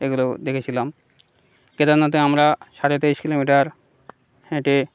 এগুলো দেখেছিলাম কেদারনাথে আমরা সাড়ে তেইশ কিলোমিটার হেঁটে